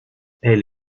elle